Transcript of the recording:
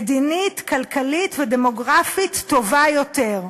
מדינית, כלכלית ודמוגרפית טובה יותר.